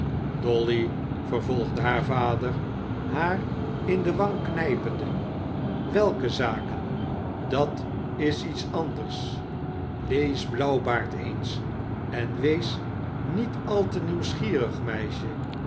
dolly vervolgde haar vader haar in de wang knijpende swelke zaken dat is iets anders lees blauwbaard eens en wees niet al te nieuwsgierig meisje